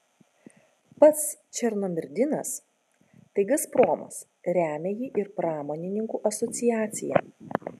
pats černomyrdinas tai gazpromas remia jį ir pramonininkų asociacija